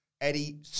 Eddie